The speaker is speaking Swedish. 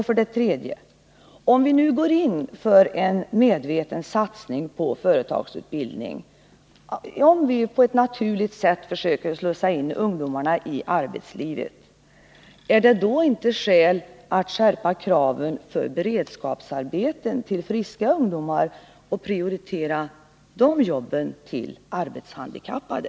För det tredje: Om vi nu går in för en medveten satsning på företagsutbildning och på ett naturligt sätt försöker slussa in ungdomarna i arbetslivet, är det då inte skäl att skärpa kraven för beredskapsarbeten till friska ungdomar och prioritera de jobben till arbetshandikappade?